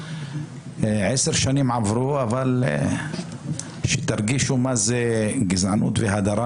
עשר שנים עברו, אבל תרגישו מה זה גזענות והדרה.